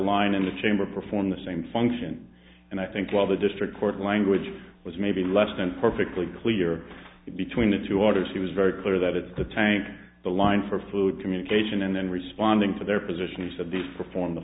line in the chamber perform the same function and i think while the district court language was maybe less than perfectly clear between the two orders he was very clear that it's the tank the line for food communication and then responding to their position is that these perform the